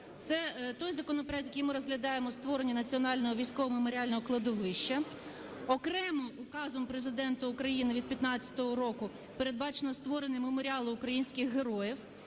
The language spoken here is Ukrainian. Це той законопроект, який ми розглядаємо: створення Національного військового меморіального кладовища. Окремо Указом Президента України від 2015 року передбачено створення меморіалу українських героїв.